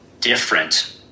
different